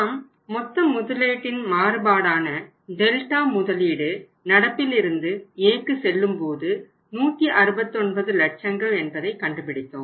நாம் மொத்த முதலீட்டின் மாறுபாடான டெல்டா முதலீடு நடப்பில் இருந்து Aக்கு செல்லும்போது 169 லட்சங்கள் என்பதை கண்டுபிடித்தோம்